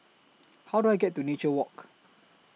How Do I get to Nature Walk